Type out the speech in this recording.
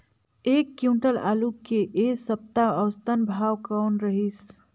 एक क्विंटल आलू के ऐ सप्ता औसतन भाव कौन रहिस?